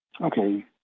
Okay